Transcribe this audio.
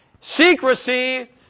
secrecy